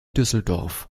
düsseldorf